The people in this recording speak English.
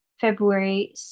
February